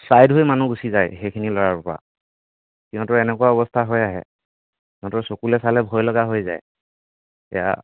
side হৈ মানুহ গুচি যায় সেইখিনি ল'ৰাৰ পৰা সিহঁতৰ এনেকুৱা অৱস্থা হৈ আহে সিহঁতৰ চকুলৈ চালে ভয় লগা হৈ যায় এতিয়া